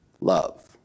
love